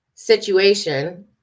situation